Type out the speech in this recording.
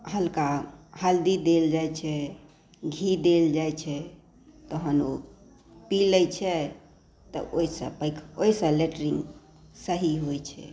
हल्का हल्दी देल जाइ छै घी देल जाइ छै तहन ओ पी लेइ छै तऽ ओहिसँ लैट्रिन सही होइ छै